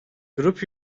grup